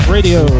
Radio